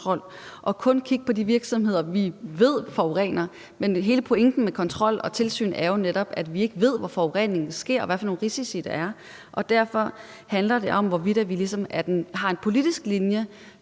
og kun kigge på de virksomheder, vi ved forurener. Men hele pointen med kontrol og tilsyn er jo netop, at vi ikke ved, hvor forureningen sker, og hvilke risici der er. Derfor handler det om, hvorvidt vi har en politisk linje,